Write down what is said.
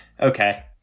okay